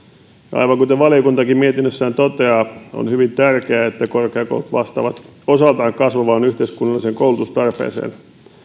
aivan kuten valiokuntakin mietinnössään toteaa on hyvin tärkeää että korkeakoulut vastaavat osaltaan kasvavaan yhteiskunnalliseen koulutustarpeeseen